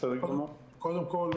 קודם כול,